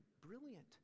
brilliant